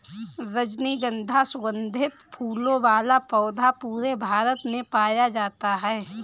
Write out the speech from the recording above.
रजनीगन्धा सुगन्धित फूलों वाला पौधा पूरे भारत में पाया जाता है